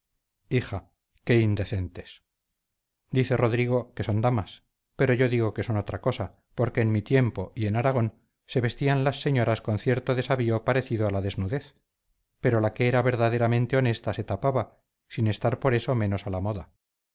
hija qué indecentes dice rodrigo que son damas pero yo digo que son otra cosa porque en mi tiempo y en aragón se vestían las señoras con cierto desavío parecido a la desnudez pero la que era verdaderamente honesta se tapaba sin estar por eso menos a la moda